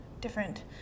different